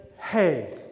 Hey